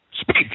Speak